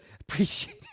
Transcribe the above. appreciate